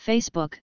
Facebook